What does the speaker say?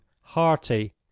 hearty